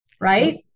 right